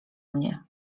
mnie